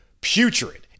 putrid